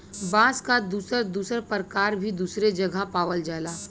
बांस क दुसर दुसर परकार भी दुसरे जगह पावल जाला